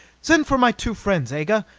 send for my two friends, aga.